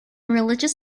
religious